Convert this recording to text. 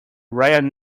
ryan